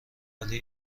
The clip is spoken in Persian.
ولی